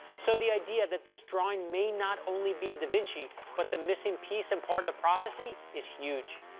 so, the idea that this drawing may not only be a da vinci but the missing piece in part of the prophecy is huge.